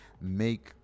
make